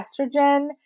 estrogen